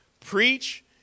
Preach